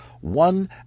one